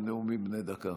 בנאומים בני דקה.